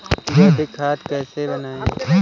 जैविक खाद कैसे बनाएँ?